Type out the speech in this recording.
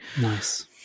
Nice